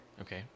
Okay